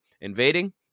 Invading